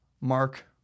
Mark